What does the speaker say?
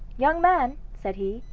young man, said he,